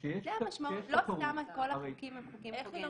כשיש תחרות --- לא סתם כל החוקים הם חוקים קוגנטיים.